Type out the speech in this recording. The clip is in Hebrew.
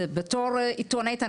בתור עיתונאית,